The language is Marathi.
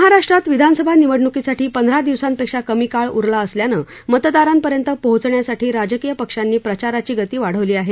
महाराष्ट्रात विधानसभा निवडणुकीसाठी पंधरा दिवसांपेक्षा कमी काळ उरला असल्यानं मतदारापर्यंत पोहण्यासाठी राजकीय पक्षांनी प्रचाराची गती वाढवली आहे